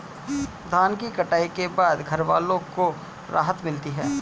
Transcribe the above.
धान की कटाई के बाद घरवालों को राहत मिलती है